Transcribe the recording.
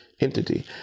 entity